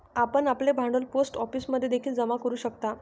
आपण आपले भांडवल पोस्ट ऑफिसमध्ये देखील जमा करू शकता